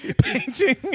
painting